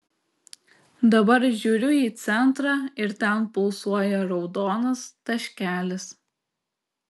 dabar žiūriu į centrą ir ten pulsuoja raudonas taškelis